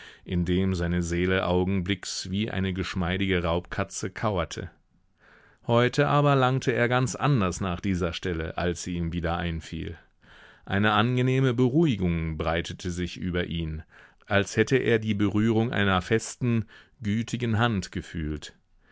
in dem seine seele augenblicks wie eine geschmeidige raubkatze kauerte heute aber langte er ganz anders nach dieser stelle als sie ihm wieder einfiel eine angenehme beruhigung breitete sich über ihn als hätte er die berührung einer festen gütigen hand gefühlt